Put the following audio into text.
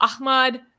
Ahmad